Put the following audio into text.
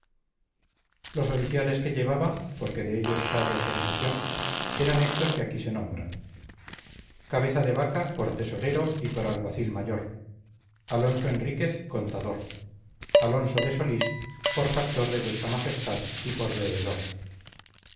los oficiales que llevaba porque de ellos se ha de hacer mención eran éstos que aquí se nombran cabeza de vaca por tesorero y por alguacil mayor alonso enríquez contador alonso de solís por factor de vuestra majestad y por veedor